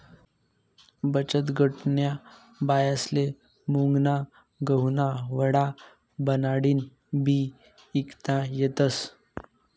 बचतगटन्या बायास्ले मुंगना गहुना वडा बनाडीन बी ईकता येतस